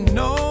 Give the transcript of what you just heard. no